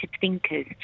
thinkers